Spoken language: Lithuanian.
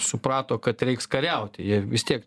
suprato kad reiks kariauti jie vis tiek